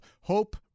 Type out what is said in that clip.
Hope